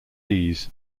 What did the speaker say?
ease